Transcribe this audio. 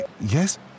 Yes